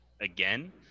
again